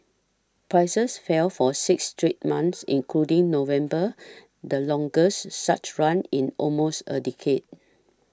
prices fell for six straight months including November the longest such run in almost a decade